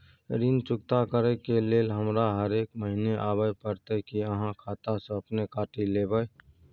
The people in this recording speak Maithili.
ऋण चुकता करै के लेल हमरा हरेक महीने आबै परतै कि आहाँ खाता स अपने काटि लेबै?